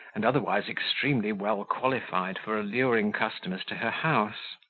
and otherwise extremely well qualified for alluring customers to her house.